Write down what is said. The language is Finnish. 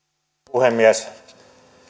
puhemies